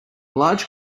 large